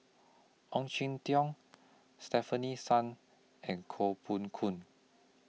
Ong Jin Teong Stefanie Sun and Koh Poh Koon